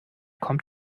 kommt